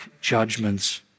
judgments